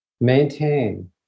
maintain